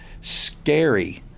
scary